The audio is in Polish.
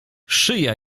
szyja